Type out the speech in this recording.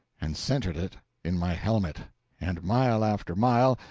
and centered it in my helmet and mile after mile,